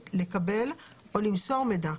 לקבל או למסור מידע,